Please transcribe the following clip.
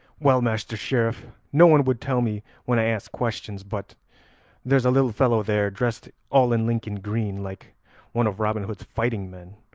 well, master sheriff, no one would tell me when i asked questions, but there's a little fellow there, dressed all in lincoln green, like one of robin hood's fighting men,